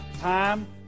time